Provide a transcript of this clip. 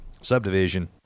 subdivision